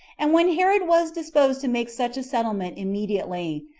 and when herod was disposed to make such a settlement immediately,